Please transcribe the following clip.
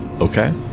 okay